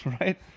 right